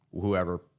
whoever